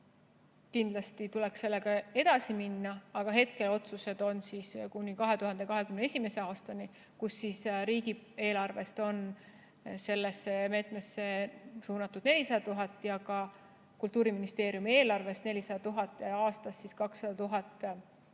Kindlasti tuleks sellega edasi minna, aga hetkel on otsused tehtud kuni 2021. aastani. Riigieelarvest on sellesse meetmesse suunatud 400 000 ja ka Kultuuriministeeriumi eelarvest 400 000, aastas 200 000